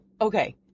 Okay